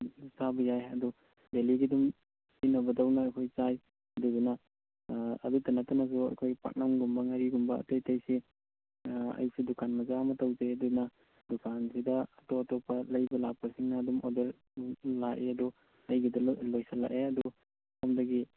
ꯆꯥꯕ ꯌꯥꯏ ꯑꯗꯣ ꯗꯦꯜꯂꯤꯒꯤ ꯑꯗꯨꯝ ꯁꯤꯖꯤꯟꯅꯕꯗꯧꯅ ꯑꯩꯈꯣꯏ ꯆꯥꯏ ꯑꯗꯨꯗꯨꯅ ꯑꯗꯨꯇ ꯅꯠꯇꯅꯁꯨ ꯑꯩꯈꯣꯏ ꯄꯥꯛꯅꯝꯒꯨꯝꯕ ꯉꯥꯔꯤꯒꯨꯝꯕ ꯑꯇꯩ ꯑꯇꯩꯁꯤ ꯑꯩꯁꯨ ꯗꯨꯀꯥꯟ ꯃꯆꯥ ꯑꯃ ꯇꯧꯖꯩ ꯑꯗꯨꯅ ꯗꯨꯀꯥꯟꯁꯤꯗ ꯑꯇꯣꯞ ꯑꯇꯣꯞꯄ ꯂꯩꯕ ꯂꯥꯛꯄꯁꯤꯡꯅ ꯑꯗꯨꯝ ꯑꯣꯔꯗꯔ ꯂꯥꯛꯑꯦ ꯑꯗꯣ ꯑꯩꯒꯤꯗ ꯂꯣꯏꯁꯤꯜꯂꯛꯑꯦ ꯑꯗꯨ ꯁꯣꯝꯗꯒꯤ